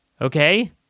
Okay